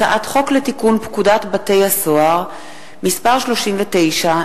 הצעת חוק לתיקון פקודת בתי-הסוהר (מס' 39)